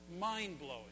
mind-blowing